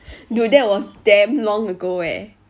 dude that was damn long ago eh